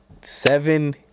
Seven